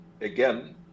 again